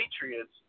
Patriots –